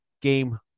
game